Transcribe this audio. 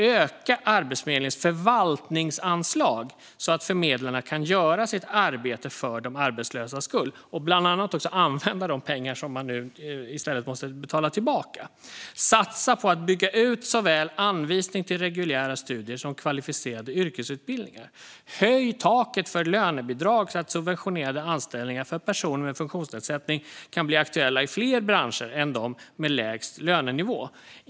Öka Arbetsförmedlingens förvaltningsanslag så att förmedlarna kan göra sitt arbete för de arbetslösas skull, och använd bland annat de pengar som nu i stället måste betalas tillbaka. Satsa på att bygga ut såväl anvisning till reguljära studier som kvalificerade yrkesutbildningar. Höj taket för lönebidrag så att subventionerade anställningar för personer med funktionsnedsättning kan bli aktuella i fler branscher än dem med lägst lönenivå.